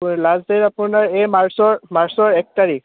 last date আপোনাৰ এই মাৰ্চৰ মাৰ্চৰ এক তাৰিখ